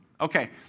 Okay